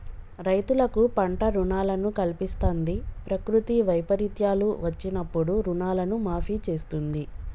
రైతులకు పంట రుణాలను కల్పిస్తంది, ప్రకృతి వైపరీత్యాలు వచ్చినప్పుడు రుణాలను మాఫీ చేస్తుంది